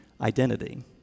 identity